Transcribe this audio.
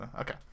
Okay